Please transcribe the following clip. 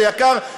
זה יקר,